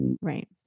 Right